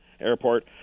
Airport